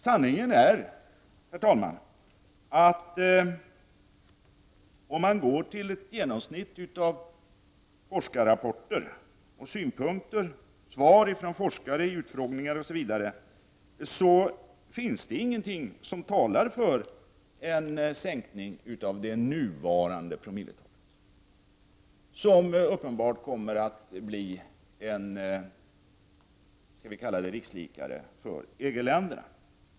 Sanningen är, herr talman, att om man går till ett genomsnitt av forskarrapporter och svar från forskare iutfrågningar, finns det ingenting som talar för en sänkning av det nuvarande promilletalet, som uppenbart kommer att bli en, skall vi kalla det rikslikare för EG-länderna.